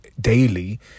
daily